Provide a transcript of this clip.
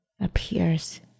appears